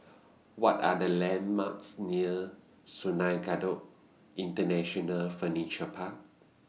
What Are The landmarks near Sungei Kadut International Furniture Park